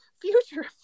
Future